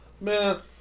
Man